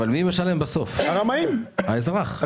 האזרח.